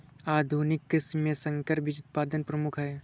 आधुनिक कृषि में संकर बीज उत्पादन प्रमुख है